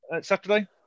Saturday